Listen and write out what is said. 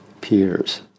peers